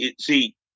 see